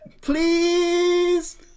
please